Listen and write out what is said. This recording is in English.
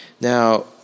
Now